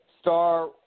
star